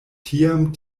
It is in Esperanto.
tiam